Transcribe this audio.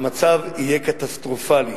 המצב יהיה קטסטרופלי.